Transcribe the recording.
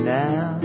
now